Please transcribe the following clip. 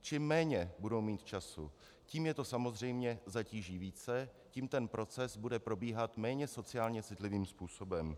Čím méně budou mít času, tím je to samozřejmě zatíží více, tím ten proces bude probíhat méně sociálně citlivým způsobem.